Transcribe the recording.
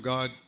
God